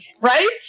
right